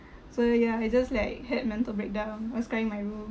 so ya it's just like had mental breakdown I was crying in my room